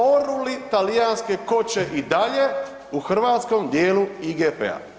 Oru li talijanske koče i dalje u hrvatskom dijelu IGP-a?